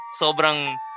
sobrang